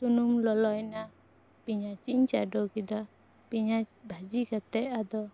ᱥᱩᱱᱩᱢ ᱞᱚᱞᱚᱭᱮᱱᱟ ᱯᱮᱭᱟᱪᱤᱧ ᱪᱟᱰᱳ ᱠᱮᱫᱟ ᱯᱮᱭᱟᱪ ᱵᱷᱟᱡᱤ ᱠᱟᱛᱮᱫ ᱟᱫᱚ